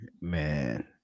man